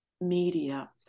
media